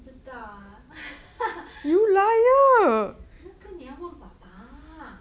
我不知道啊哈哈那个你要问爸爸